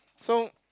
so